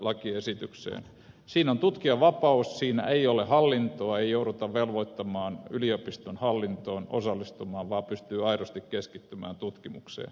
siinä on tutkijanvapaus siinä ei ole hallintoa ei jouduta velvoittamaan yliopiston hallintoon osallistumaan vaan pystyy aidosti keskittymään tutkimukseen